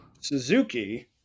suzuki